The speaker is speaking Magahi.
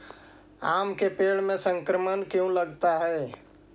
आम के पेड़ में संक्रमण क्यों लगता है?